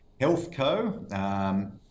Healthco